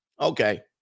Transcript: Okay